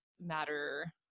matter